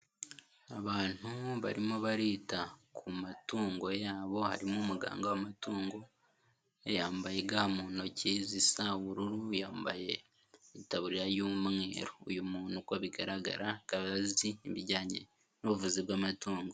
Abantu barimo barita ku matungo yabo, harimo umuganga w'amatungo, yambaye ga mu ntoki zisa ubururu, yambaye itaburiya y'umweru, uyu muntu uko bigaragara akaba azi ibijyanye n'ubuvuzi bw'amatungo.